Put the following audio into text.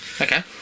okay